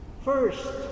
First